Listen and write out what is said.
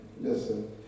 Listen